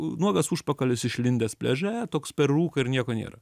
nuogas užpakalis išlindęs pliaže toks per rūką ir nieko nėra